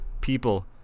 People